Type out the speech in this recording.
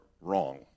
wrong